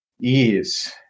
Ease